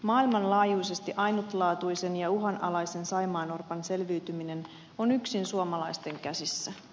maailmanlaajuisesti ainutlaatuisen ja uhanalaisen saimaannorpan selviytyminen on yksin suomalaisten käsissä